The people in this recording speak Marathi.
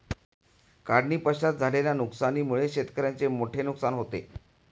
काढणीपश्चात झालेल्या नुकसानीमुळे शेतकऱ्याचे मोठे नुकसान होते